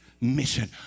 mission